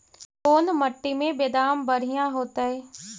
कोन मट्टी में बेदाम बढ़िया होतै?